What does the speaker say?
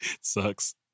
Sucks